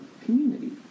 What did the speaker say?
community